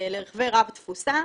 לרכבים רבי תפוסה.